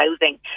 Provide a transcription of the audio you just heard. housing